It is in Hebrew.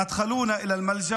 והם הכניסו אותנו למקלט.